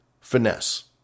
finesse